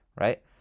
right